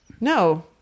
No